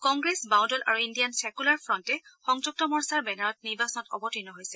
কংগ্ৰেছ বাওদল আৰু Indian secular ফ্ৰণ্টে সংযুক্ত মৰ্চাৰ বেনাৰত নিৰ্বাচনত অৱতীৰ্ণ হৈছে